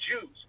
Jews